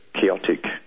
chaotic